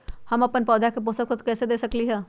हम अपन पौधा के पोषक तत्व कैसे दे सकली ह?